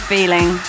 Feeling